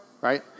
Right